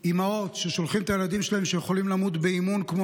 יש אימהות ששולחות את הילדים שלהן שיכולים למות באימון כמו